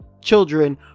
children